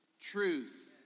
truth